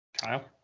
Kyle